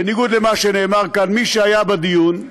בניגוד למה שנאמר כאן, מי שהיה בדיון,